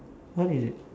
what is it